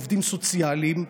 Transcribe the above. עובדים סוציאליים,